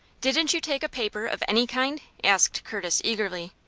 didn't you take a paper of any kind? asked curtis, eagerly.